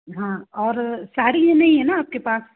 हाँ और साड़ी ये नहीं है ना आपके पास